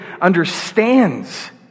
understands